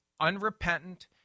unrepentant